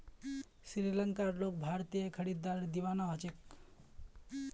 श्रीलंकार लोग भारतीय खीरार दीवाना ह छेक